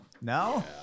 No